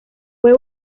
fue